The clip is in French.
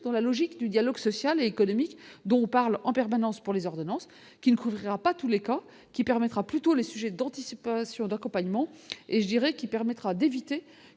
dans la logique du dialogue social et économique dont on parle en permanence pour les ordonnances qui ne couvrira pas tous les cas qui permettra, plutôt, les sujets d'anticipation, d'accompagnement et je dirais qui permettra d'éviter